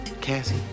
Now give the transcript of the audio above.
Cassie